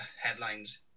headlines